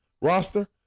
roster